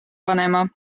panema